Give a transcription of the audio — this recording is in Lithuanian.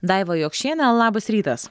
daiva jokšienė labas rytas